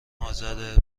ازاده